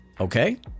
Okay